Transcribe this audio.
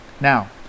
now